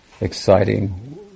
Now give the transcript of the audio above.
exciting